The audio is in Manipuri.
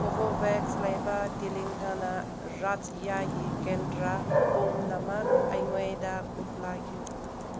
ꯀꯣꯕꯣꯕꯦꯛꯁ ꯂꯩꯕ ꯇꯦꯂꯪꯒꯅꯥ ꯔꯥꯏꯖ꯭ꯌꯥꯒꯤ ꯀꯦꯟꯗ꯭ꯔ ꯄꯨꯝꯅꯃꯛ ꯑꯩꯉꯣꯟꯗ ꯎꯠꯂꯛꯎ